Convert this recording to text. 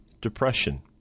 depression